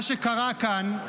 מה שקרה כאן,